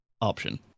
option